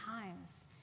times